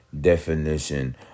definition